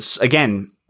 again